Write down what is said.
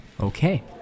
Okay